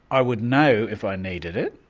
i would know if i needed it,